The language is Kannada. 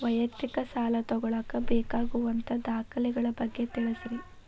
ವೈಯಕ್ತಿಕ ಸಾಲ ತಗೋಳಾಕ ಬೇಕಾಗುವಂಥ ದಾಖಲೆಗಳ ಬಗ್ಗೆ ತಿಳಸ್ರಿ